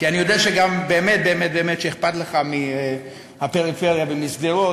כי אני יודע גם שבאמת באמת באמת אכפת לך מהפריפריה ומשדרות.